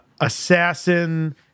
assassin